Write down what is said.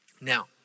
Now